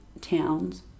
towns